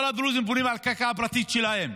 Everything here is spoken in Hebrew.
כל הדרוזים בונים על הקרקע הפרטית שלהם.